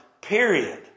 Period